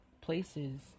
places